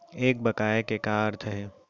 एक बकाया के का अर्थ हे?